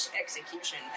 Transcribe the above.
execution